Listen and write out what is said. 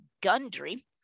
Gundry